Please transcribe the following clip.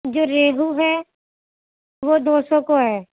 جو ریہو ہے وہ دو سو کو ہے